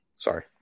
Sorry